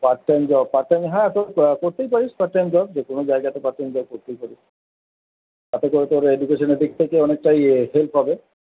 part time job part time হ্যাঁ করতেই পারিস পার্ট টাইম জব যে কোনো জায়গাতে পার্ট টাইম জব করতেই পারিস তাতে তোর এডুকেশনের দিক থেকে অনেকটা ইয়ে হেল্প হবে